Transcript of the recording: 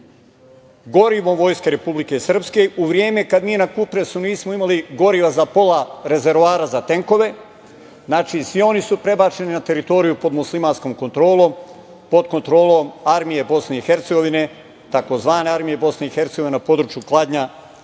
gorivom Vojske Republike Srpske, u vreme kad mi na Kupresu nismo imali goriva za pola rezervoara za tenkove, znači, svi oni su prebačeni na teritoriju pod muslimanskom kontrolom, pod kontrolom armije BiH, takozvane armije BiH, na području Kladnja